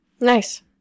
Nice